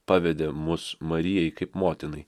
pavedė mus marijai kaip motinai